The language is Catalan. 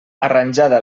arranjada